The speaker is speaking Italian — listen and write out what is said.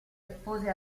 pose